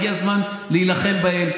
הגיע הזמן להילחם בהם.